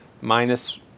minus